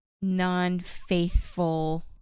non-faithful